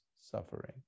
suffering